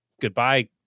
goodbye